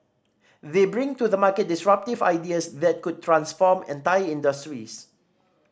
they bring to the market disruptive ideas that could transform entire industries